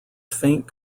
faint